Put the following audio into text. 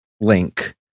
link